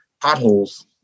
potholes